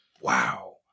Wow